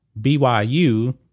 BYU